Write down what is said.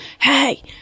hey